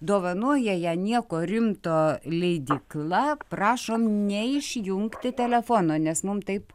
dovanoja ją nieko rimto leidykla prašom neišjungti telefono nes mum taip